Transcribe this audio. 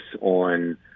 on